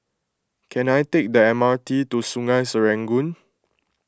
can I take the M R T to Sungei Serangoon